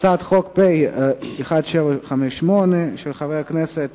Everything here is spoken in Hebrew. הצעת חוק פ/1758/18, של חברי הכנסת